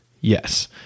yes